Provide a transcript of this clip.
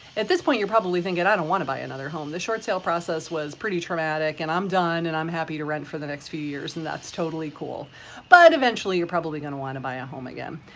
at this point, you're probably thinking, i don't wanna buy another home, the short sale process was pretty traumatic and i'm done and i'm happy to rent for the next few years. and that's totally cool but eventually, you're probably going to want to buy a home again.